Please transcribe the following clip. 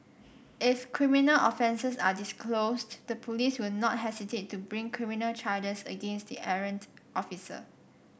if criminal offences are disclosed the police will not hesitate to bring criminal charges against the errant officer